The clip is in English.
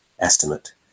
estimate